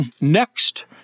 next